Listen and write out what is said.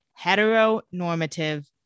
heteronormative